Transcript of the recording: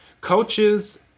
coaches